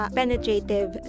penetrative